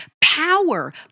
power